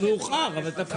מי נגד?